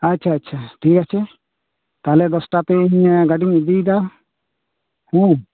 ᱟᱪᱷᱟ ᱟᱪᱷᱟ ᱴᱷᱤᱠ ᱟᱪᱷᱮ ᱛᱟᱦᱚᱞᱮ ᱫᱚᱥᱴᱟ ᱛᱮᱻᱧ ᱜᱟᱹᱰᱤᱧ ᱤᱫᱤᱭᱮᱫᱟ